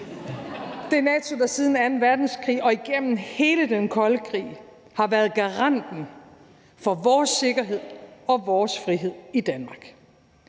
det NATO, der siden anden verdenskrig og igennem hele den kolde krig har været garanten for vores sikkerhed og vores frihed i Danmark.